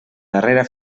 darrera